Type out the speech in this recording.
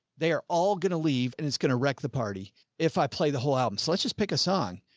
they are all gonna leave and it's going to wreck the party if i play the whole album. so let's just pick a song.